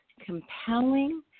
compelling